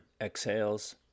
exhales